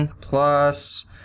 plus